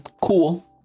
cool